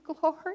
glory